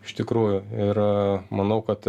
iš tikrųjų ir manau kad